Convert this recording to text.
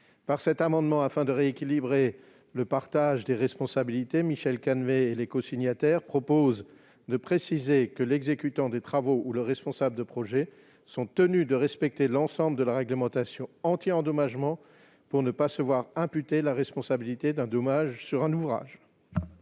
sans détruire ». Afin de rééquilibrer le partage des responsabilités, Michel Canévet et les cosignataires de cet amendement proposent de préciser que l'exécutant des travaux ou le responsable de projet sont tenus de respecter l'ensemble de la réglementation anti-endommagement pour ne pas se voir imputer la responsabilité d'un dommage sur un ouvrage.